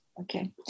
Okay